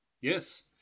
yes